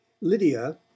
lydia